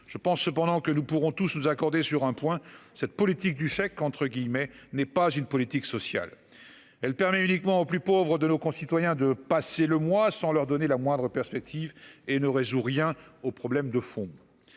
je pense cependant que nous pourrons tous nous accorder sur un point : cette politique du chèque entre guillemets n'est pas une politique sociale, elle permet uniquement aux plus pauvres de nos concitoyens de passer le mois sans leur donner la moindre perspective et ne résout rien au problème de fond,